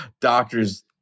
doctors